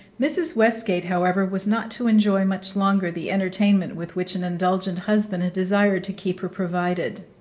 mrs. westgate, however, was not to enjoy much longer the entertainment with which an indulgent husband had desired to keep her provided.